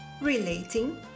Relating